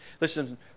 Listen